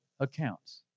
accounts